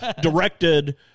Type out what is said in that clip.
directed